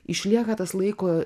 išlieka tas laiko